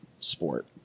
sport